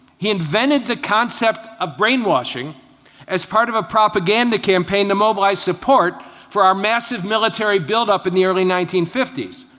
he invented the concept of brainwashing as part of a propaganda campaign to mobilize support for the massive military buildup in the early nineteen fifty s.